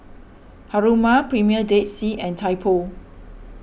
Haruma Premier Dead Sea and Typo